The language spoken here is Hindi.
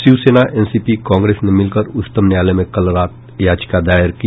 शिवसेना एनसी पी कांग्रेस ने मिलकर उच्चतम न्यायालय में कल रात याचिका दायर की